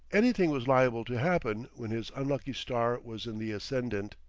anything was liable to happen when his unlucky star was in the ascendant.